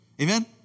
Amen